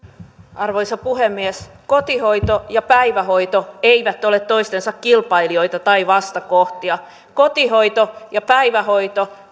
arvoisa puhemies kotihoito ja päivähoito eivät ole toistensa kilpailijoita tai vastakohtia kotihoito ja päivähoito